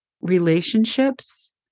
relationships